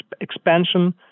expansion